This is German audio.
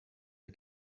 wir